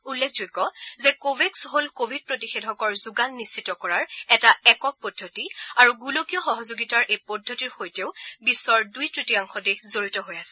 উল্লেখযোগ্য যে কোৱেক্স হ'ল ক'ভিড প্ৰতিষেধকৰ যোগান নিশ্চিত কৰাৰ এটা একক পদ্ধতি আৰু গোলকীয় সহযোগিতাৰ এই পদ্ধতিৰ সৈতেও বিশ্বৰ দুই তৃতীযাংশ দেশ জড়িত হৈ আছে